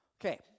Okay